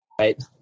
right